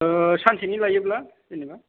ओह सानसेनि लायोब्ला जेनेबा